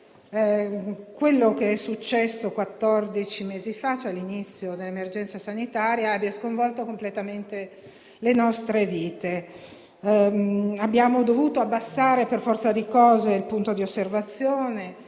successo quattordici mesi fa e come l'inizio dell'emergenza sanitaria abbia sconvolto completamente le nostre vite. Abbiamo dovuto abbassare per forza di cose il punto di osservazione;